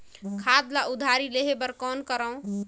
खाद ल उधारी लेहे बर कौन करव?